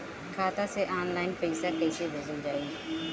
खाता से ऑनलाइन पैसा कईसे भेजल जाई?